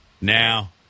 Now